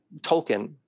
Tolkien